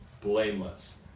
blameless